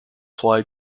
apply